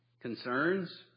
concerns